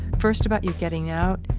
first about you getting out,